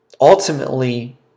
ultimately